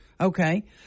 Okay